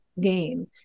game